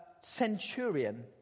centurion